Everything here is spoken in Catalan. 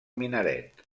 minaret